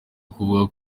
ukuvuga